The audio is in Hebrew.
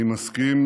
אני מסכים